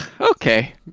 okay